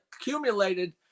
accumulated